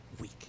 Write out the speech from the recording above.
week